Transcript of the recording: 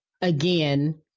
again